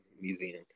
museum